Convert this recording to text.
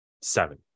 Seven